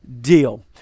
deal